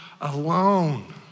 alone